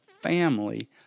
family